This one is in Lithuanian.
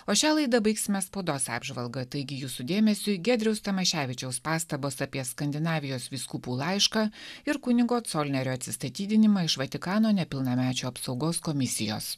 o šią laidą baigsime spaudos apžvalga taigi jūsų dėmesiui giedriaus tamoševičiaus pastabos apie skandinavijos vyskupų laišką ir kunigo colinerio atsistatydinimą iš vatikano nepilnamečių apsaugos komisijos